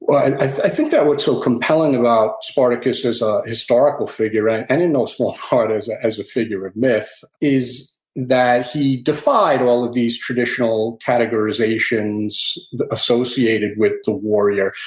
i think that what's so compelling about spartacus as a historical figure, and and in no small part as as a figure of myth, is that he defied all of these traditional categorizations associated with the warrior.